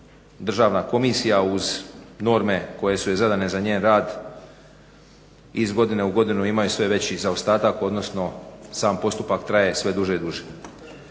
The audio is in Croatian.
državna komisija odnosno norme koje su joj zadane za njen rad iz godinu i godinu imaju sve veći zaostatak odnosno sam postupak traje sve duže i duže.